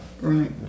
Right